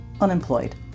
unemployed